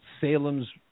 Salem's